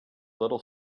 little